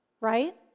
right